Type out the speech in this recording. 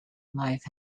life